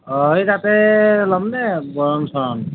অঁ এই তাতে ল'ম দে বৰণ চৰণ